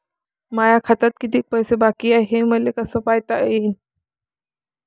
माया खात्यात कितीक पैसे बाकी हाय हे कस पायता येईन?